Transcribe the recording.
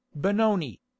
benoni